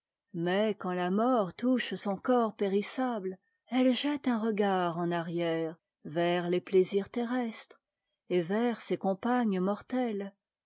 mais quand la mort touche son corps périssable elle jette un regard en arc rière vers les plaisirs terrestres et vers ses compagnes